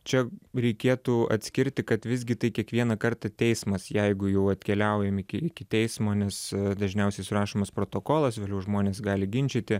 čia reikėtų atskirti kad visgi tai kiekvieną kartą teismas jeigu jau atkeliaujam iki iki teismo nes dažniausiai surašomas protokolas vėliau žmonės gali ginčyti